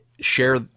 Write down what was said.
share